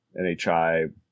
NHI